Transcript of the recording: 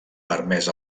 permès